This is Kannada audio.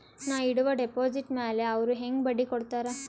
ನಾ ಇಡುವ ಡೆಪಾಜಿಟ್ ಮ್ಯಾಲ ಅವ್ರು ಹೆಂಗ ಬಡ್ಡಿ ಕೊಡುತ್ತಾರ?